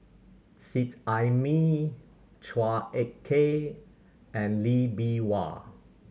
Seet Ai Mee Chua Ek Kay and Lee Bee Wah